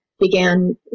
began